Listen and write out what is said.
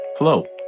Hello